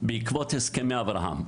בעקבות הסכמי אברהם,